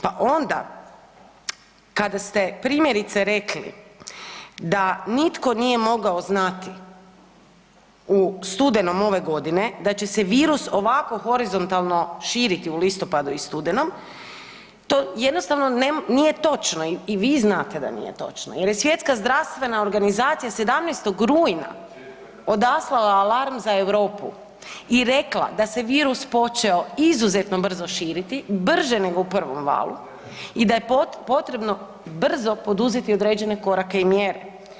Pa onda kada ste primjerice rekli da nitko nije mogao znati u studenom ove godine da će se virus ovako horizontalno širiti u listopadu i studenom to jednostavno nije točno i vi znate da nije točno, jer je Svjetska zdravstvena organizacija 17. rujna odaslala alarm za Europu i rekla da se virus počeo izuzetno brzo širiti, brže nego u prvom valu i da je potrebno brzo poduzeti određene korake i mjere.